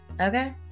Okay